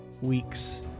weeks